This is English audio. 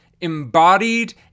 embodied